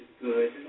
good